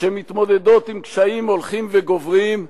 שמתמודדות עם קשיים הולכים וגוברים,